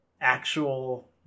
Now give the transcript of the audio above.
actual